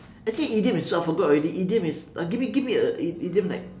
actually idiom is I forgot already idiom is uh give me give me a idiom like